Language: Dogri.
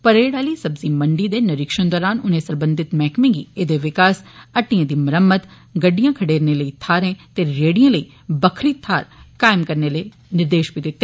परेड आली सब्जी मंडी दे निरीक्षण दौरान उनें सरबंधित मैहकमे गी एदे विकास हट्टियें दी मरम्मत गडिड्यां खडेरने लेई थाहरें ते रेहड़ियें लेई बक्खरी थार त्यार करने लेई निर्देश दिता